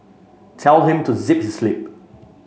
tell him to zip his lip